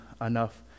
enough